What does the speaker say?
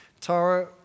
Tara